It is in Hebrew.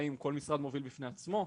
האם כל משרד מוביל בפני עצמו?